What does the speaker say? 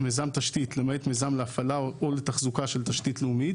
מיזם תשתית: מיזם להפעלה או לתחזוקה של תשתית לאומית.